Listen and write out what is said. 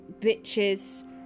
bitches